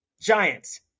giants